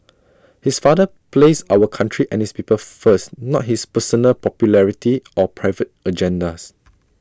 is father placed our country and his people first not his personal popularity or private agendas